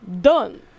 done